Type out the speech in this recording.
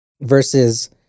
Versus